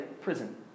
prison